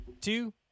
two